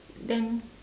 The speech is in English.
then